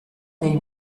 dei